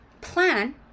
plan